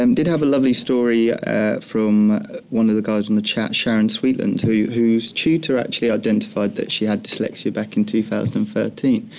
um did have a lovely story from one of the guys on the chat, sharon sweetland, yeah whose tutor actually identified that she had dyslexia back in two thousand and thirteen,